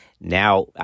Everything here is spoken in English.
Now